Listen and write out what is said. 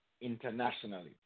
internationally